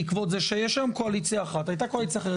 בעקבות זה שיש היום קואליציה אחת והייתה קואליציה אחרת,